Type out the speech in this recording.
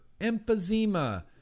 emphysema